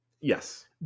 yes